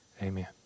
Amen